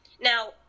Now